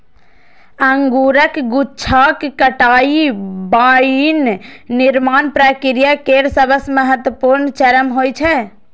अंगूरक गुच्छाक कटाइ वाइन निर्माण प्रक्रिया केर सबसं महत्वपूर्ण चरण होइ छै